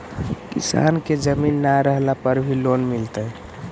किसान के जमीन न रहला पर भी लोन मिलतइ?